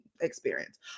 experience